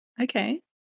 Okay